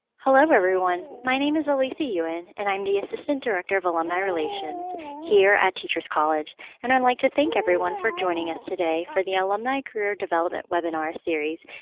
hello everyone, my name is alyssa yuen and i'm the assistant director of alumni relations here at teachers college and i'd like to thank everyone for joining us today for the alumni career development webinar series,